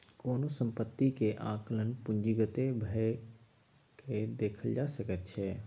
कोनो सम्पत्तीक आंकलन पूंजीगते भए कय देखल जा सकैत छै